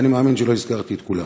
ואני מאמין שלא הזכרתי את כולם.